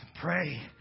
Pray